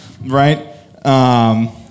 right